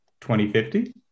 2050